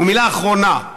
מילה אחרונה.